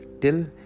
till